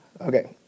Okay